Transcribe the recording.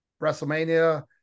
WrestleMania